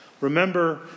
Remember